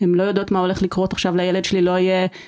הם לא יודעות מה הולך לקרות עכשיו לילד שלי לא יהיה